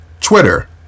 Twitter